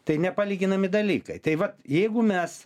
tai nepalyginami dalykai tai vat jeigu mes